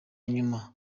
nyuma